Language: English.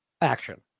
action